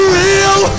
real